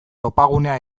topagunea